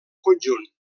conjunt